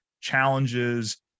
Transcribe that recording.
challenges